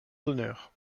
d’honneur